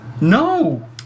No